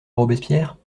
robespierre